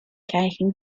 kayaking